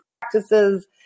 practices